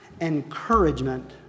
encouragement